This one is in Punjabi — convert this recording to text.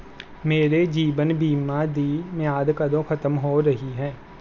ਮੇਰੇ ਜੀਵਨ ਬੀਮਾ ਦੀ ਮਿਆਦ ਕਦੋਂ ਖ਼ਤਮ ਹੋ ਰਹੀ ਹੈ